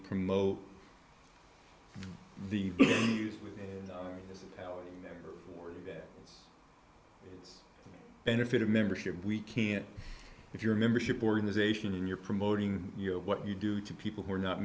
promote the benefit of membership we can't if you're a membership organization and you're promoting you know what you do to people who are not